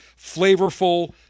flavorful